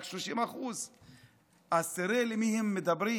רק 30%. אז תראה על מי הם מדברים,